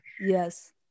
Yes